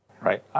right